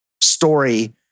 story